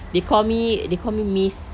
they call me they call me miss